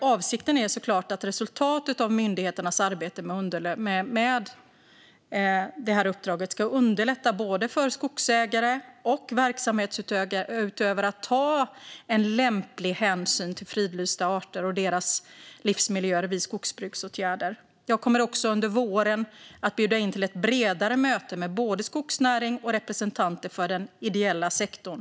Avsikten är såklart att resultatet av myndigheternas arbete med uppdraget ska underlätta för både skogsägare och verksamhetsutövare att ta lämplig hänsyn till fridlysta arter och deras livsmiljöer vid skogsbruksåtgärder. Jag kommer också under våren att bjuda in till ett bredare möte med både skogsnäring och representanter för den ideella sektorn.